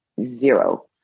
Zero